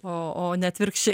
o o ne atvirkščiai